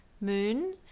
moon